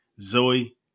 Zoe